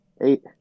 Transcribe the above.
eight